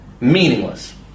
meaningless